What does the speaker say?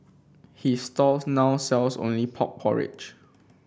his stall now sells only pork porridge